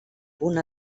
punt